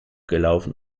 gelaufen